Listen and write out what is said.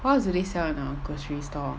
what else do they sell at our grocery store